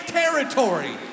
territory